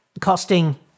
costing